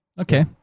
Okay